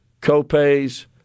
co-pays